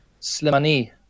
Slimani